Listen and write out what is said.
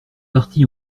parti